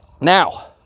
Now